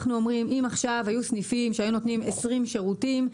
אנחנו אומרים שאם עכשיו היו סניפים שהיו נותנים 20 סוגי שירותים,